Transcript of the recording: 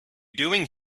doing